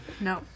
No